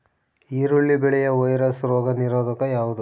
ಈರುಳ್ಳಿ ಬೆಳೆಯ ವೈರಸ್ ರೋಗ ನಿರೋಧಕ ಯಾವುದು?